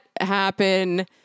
happen